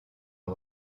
ont